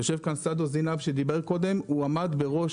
יושב כאן סעדו זיינב שדיבר קודם, הוא עמד בראש